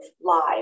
live